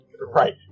Right